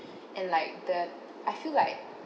and like the I feel like